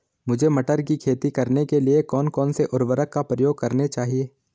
मुझे मटर की खेती करने के लिए कौन कौन से उर्वरक का प्रयोग करने चाहिए?